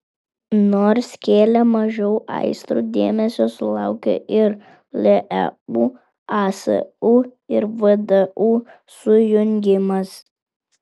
nors kėlė mažiau aistrų dėmesio sulaukė ir leu asu ir vdu sujungimas